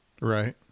Right